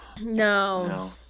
No